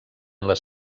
les